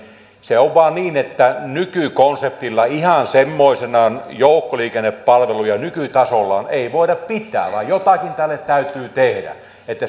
se on vain niin että nykykonseptilla ihan semmoisenaan joukkoliikennepalveluja nykytasollaan ei voida pitää vaan jotakin tälle täytyy tehdä että